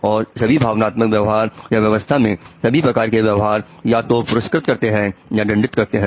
और सभी भावनात्मक व्यवहार या वास्तव में सभी प्रकार के व्यवहार या तो पुरस्कृत करते हैं या दंडित करते हैं